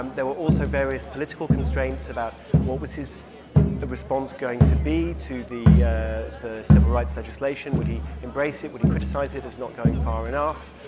um there were also various political constraints about what was his response going to be to the ah the civil rights legislation? would he embrace it? would he criticize it as not going far enough?